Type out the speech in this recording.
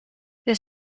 this